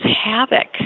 havoc